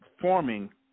forming